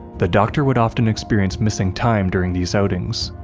the doctor would often experience missing time during these outings,